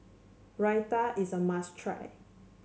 Raita is a must try